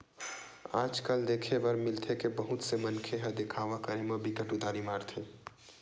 आज कल देखे बर मिलथे के बहुत से मनखे ह देखावा करे म बिकट उदारी मारथे